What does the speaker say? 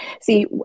See